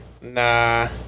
Nah